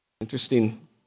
Interesting